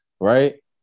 right